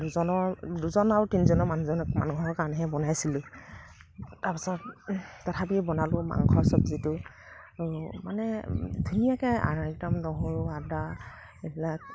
দুজনৰ দুজন আৰু তিনিজনৰ মানুহজনৰ মানুহৰ কাৰণেহে বনাইছিলোঁ তাৰ পিছত তথাপি বনালোঁ মাংস চব্জীটো আৰু মানে ধুনীয়াকে আৰু একদম নহৰু আদা এইবিলাক